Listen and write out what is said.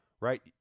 Right